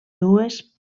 dues